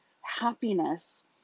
happiness